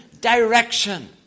direction